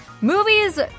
movies